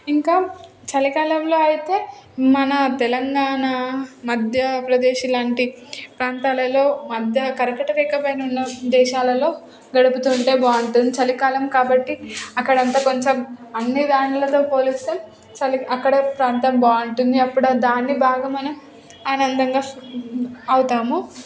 ఇంకా చలికాలంలో అయితే మన తెలంగాణ మధ్యప్రదేశ్ ఇలాంటి ప్రాంతాలలో మధ్య కర్కటక రేఖ పైన ఉన్న దేశాలలో గడుపుతుంటే బాగుంటుంది చలికాలం కాబట్టి అక్కడ అంతా కొంచెం అన్ని దానిలతో పోలిస్తే చలి అక్కడ ప్రాంతం బాగుంటుంది అప్పుడు దాని బాగా మనం ఆనందంగా అవుతాము